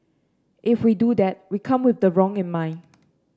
if we do that we come with the wrong in mind